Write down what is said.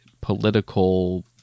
political